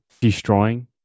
Destroying